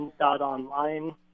online